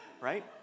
Right